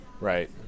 Right